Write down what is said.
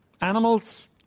Animals